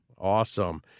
Awesome